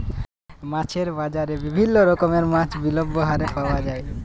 মাছের বাজারে বিভিল্য রকমের মাছ বিভিল্য হারে পাওয়া যায়